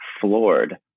floored